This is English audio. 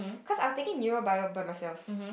cause I was taking neuro bio by myself